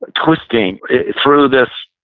ah twisting through this,